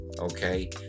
okay